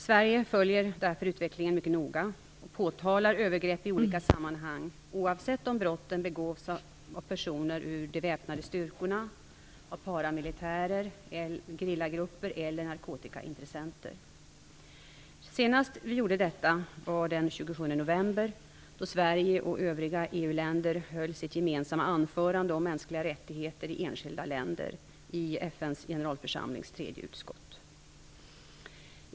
Sverige följer därför utvecklingen mycket noga och påtalar övergrepp i olika sammanhang, oavsett om brotten begås av personer ur de väpnade styrkorna, av paramilitärer, av gerillagrupper eller av narkotikaintressenter. Senast vi gjorde detta var den 27 november, då Sverige och övriga EU-länder höll sitt gemensamma anförande om mänskliga rättigheter i enskilda länder, i FN:s generalförsamlings tredje utskott.